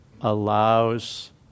allows